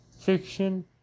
fiction